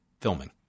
filming